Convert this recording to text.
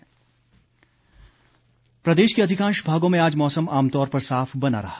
मौसम प्रदेश के अधिकांश भागों में आज मौसम आमतौर पर साफ बना रहा